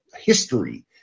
history